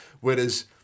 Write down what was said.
whereas